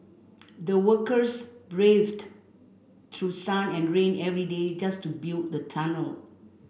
the workers braved through sun and rain every day just to build the tunnel